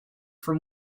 from